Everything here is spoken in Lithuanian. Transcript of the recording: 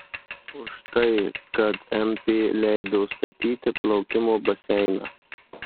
už tai kad mp leido statyti plaukimo baseiną